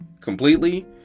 completely